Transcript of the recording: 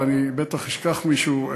ואני בטח אשכח מישהו,